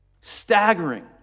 Staggering